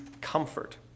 comfort